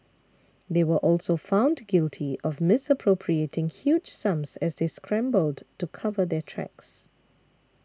they were also found guilty of misappropriating huge sums as they scrambled to cover their tracks